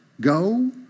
Go